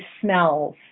smells